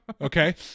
Okay